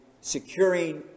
securing